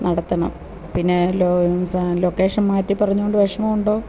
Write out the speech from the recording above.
നടത്തണം പിന്നെ ലൊക്കേഷൻ മാറ്റി പറഞ്ഞത് കൊണ്ട് വിഷമം ഉണ്ടോ